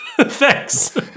Thanks